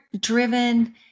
driven